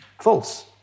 false